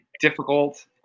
difficult